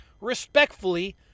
respectfully